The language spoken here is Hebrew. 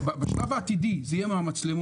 בשלב העתידי זה יהיה מהמצלמות.